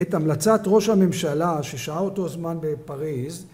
את המלצת ראש הממשלה ששהה אותו זמן בפריז